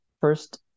first